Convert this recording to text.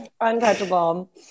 untouchable